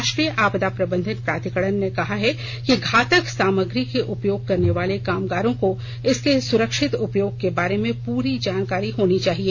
राष्ट्रीय आपदा प्रबंधन प्राधिकरण ने कहा है कि घातक सामग्री के उपयोग करने वाले कामगारों को इसके सुरक्षित उपयोग के बारे में पूरी जानकारी होनी चाहिए